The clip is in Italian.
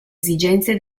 esigenze